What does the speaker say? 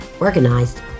organized